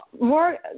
more